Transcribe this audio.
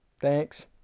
Thanks